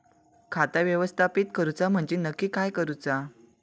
खाता व्यवस्थापित करूचा म्हणजे नक्की काय करूचा?